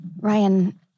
Ryan